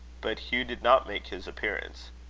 but hugh did not make his appearance.